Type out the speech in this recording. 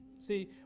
See